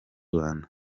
rwanda